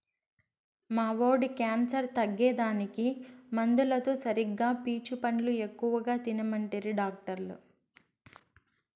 మా వోడి క్యాన్సర్ తగ్గేదానికి మందులతో సరిగా పీచు పండ్లు ఎక్కువ తినమంటిరి డాక్టర్లు